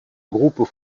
groupe